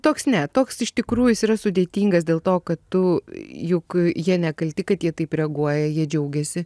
toks ne toks iš tikrų jis yra sudėtingas dėl to kad tu juk jie nekalti kad jie taip reaguoja jie džiaugiasi